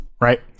right